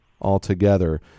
altogether